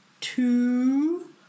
two